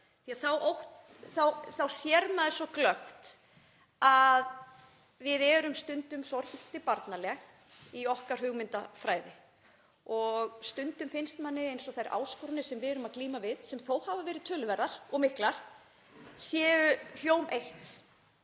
Þá sér maður svo glöggt að við erum stundum svolítið barnaleg í okkar hugmyndafræði og stundum finnst manni eins og þær áskoranir sem við erum að glíma við, sem þó hafa verið töluverðar og miklar, séu hjómið eitt